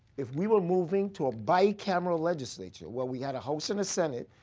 if we were moving to a bicameral legislature where we had a house and senate,